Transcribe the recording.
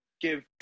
give